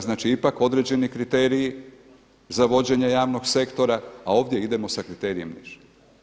Znači ipak određeni kriteriji za vođenje javnog sektora, a ovdje idemo sa kriterijem niže.